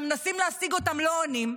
אנחנו מנסים להשיג אותם, לא עונים.